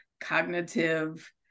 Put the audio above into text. cognitive